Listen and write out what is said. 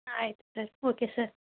ಆಯ್ತು sir okay sir